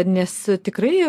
nes tikrai